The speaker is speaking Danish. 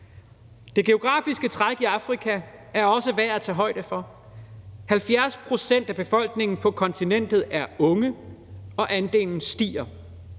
Det geografiske træk i Afrika er også værd at tage højde for. 70 pct. af befolkningen på kontinentet er unge, og andelen stiger.